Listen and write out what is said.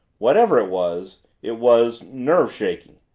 whatever it was, it was nerve-shaking.